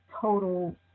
total